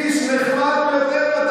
איש נחמד ביותר,